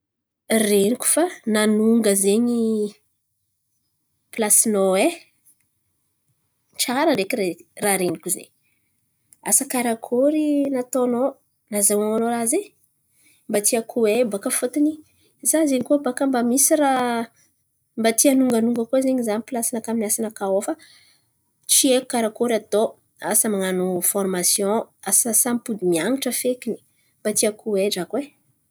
Ren̈iko fa nanonga zen̈y pilasinao e. Tsara ndreky re- raha ren̈iko zen̈y. Asa karakôry nataonao nazahoanao raha zen̈y? Mba tiako hay baka fôtony za zen̈y koa baka mba misy raha mba ty hanonganonga koa zen̈y za amy pilasinakà amy asanakà ao fa tsy haiko karakôry atao. Asa man̈ano fôrmasion asa sa mimpody mianatra fekiny? Mba tiako hay drako e.